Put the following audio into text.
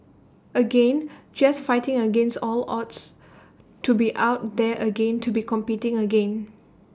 again just fighting against all odds to be out there again to be competing again